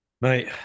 Mate